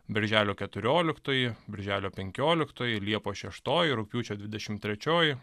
birželio keturioliktoji birželio penkioliktoji liepos šeštoji rugpjūčio dvidešim trečioji